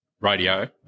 radio